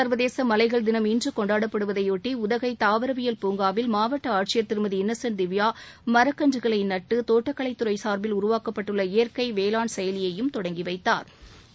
சா்வதேச மலைகள் தினம் இன்று கொண்டாடப்படுவதையொட்டி உதகை தாவரவியல் பூங்காவில் மாவட்ட ஆட்சியர் திருமதி இன்னசென்ட் திவ்யா மரக்கன்றுகளை நட்டு தோட்டக்கலைத்துறை சாா்பில் உருவாக்கப்பட்டுள்ள இயற்கை வேளாண் செயலியையும் தொடங்கி வைத்தாா்